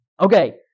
Okay